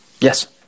Yes